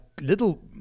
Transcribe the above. little